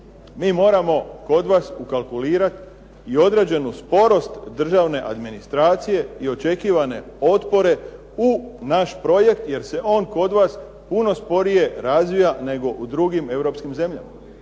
mi moramo kod vas ukalkulirat i određenu sporost državne administracije i očekivane potpore u naš projekt, jer se on kod vas puno sporije razvija nego u drugim europskim zemljama.